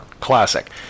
classic